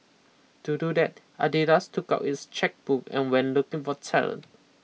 to do that Adidas took out its chequebook and went looking for talent